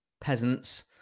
Peasants